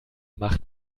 macht